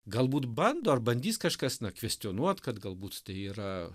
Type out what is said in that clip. galbūt bando ar bandys kažkas kvestionuot kad galbūt tai yra